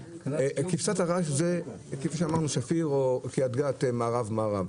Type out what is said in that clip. כבשת הרש זה כפי שאמרנו שפיר או קרית גת מערב-מערב.